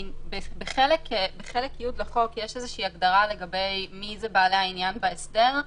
בחלק י' לחוק יש הגדרה מי הם בעלי העניין בהסדר.